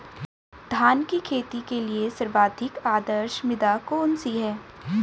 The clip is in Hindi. धान की खेती के लिए सर्वाधिक आदर्श मृदा कौन सी है?